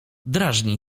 drażni